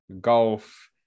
golf